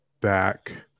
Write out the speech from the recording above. back